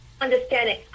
understanding